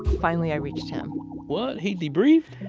finally i reached him what? he debriefed?